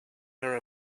their